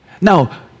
Now